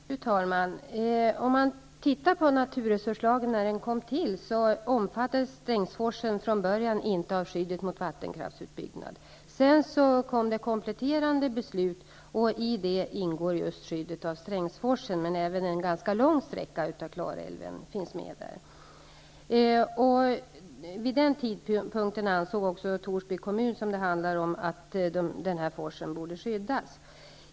Fru talman! Om man ser efter hur det var när naturresurslagen kom till finner man att Strängforsen från början inte omfattades av skyddet mot vattenkraftsutbyggnad. Sedan fattades ett kompletterande beslut, och i det ingår just skyddet av Strängforsen, och även en ganska lång sträcka av Klarälven finns med. Vid den tidpunkten ansåg också Torsby kommun, som det handlar om, att den här forsen borde skyddas.